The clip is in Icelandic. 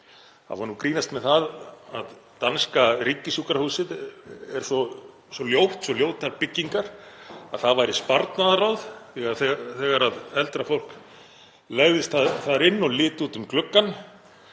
Það var nú grínast með að danska ríkissjúkrahúsið væri svo ljótt, svo ljótar byggingar að það væri sparnaðarráð; þegar eldra fólk legðist þar inn og liti út um gluggann